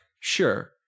sure